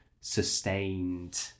sustained